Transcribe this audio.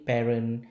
Parent